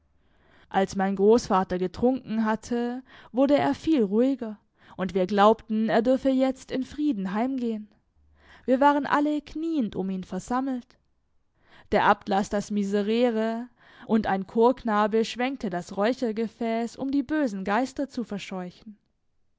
als mein großvater getrunken hatte wurde er viel ruhiger und wir glaubten er dürfe jetzt in frieden heimgehen wir waren alle knieend um ihn versammelt der abt las das miserere und ein chorknabe schwenkte das räuchergefäß um die bösen geister zu verscheuchen